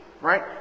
right